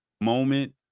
moment